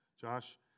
Josh